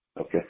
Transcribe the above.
Okay